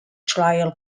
trial